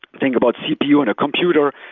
think about cpu and a computer.